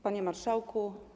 Panie Marszałku!